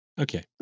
Okay